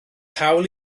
hawl